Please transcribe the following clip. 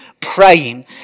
praying